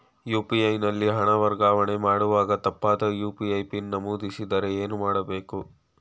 UPI ನಲ್ಲಿ ಹಣ ವರ್ಗಾವಣೆ ಮಾಡುವಾಗ ತಪ್ಪಾದ ಯು.ಪಿ.ಐ ಪಿನ್ ನಮೂದಿಸಿದರೆ ಏನು ಮಾಡಬೇಕು?